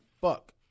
fuck